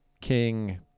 king